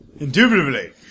Indubitably